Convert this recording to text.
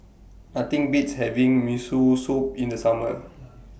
Nothing Beats having Miso Soup in The Summer